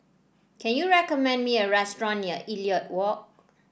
can you recommend me a restaurant near Elliot Walk